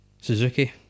Suzuki